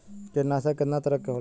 कीटनाशक केतना तरह के होला?